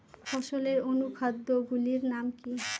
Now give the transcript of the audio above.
ফসলের অনুখাদ্য গুলির নাম কি?